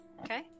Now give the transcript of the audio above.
Okay